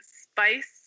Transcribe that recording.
spice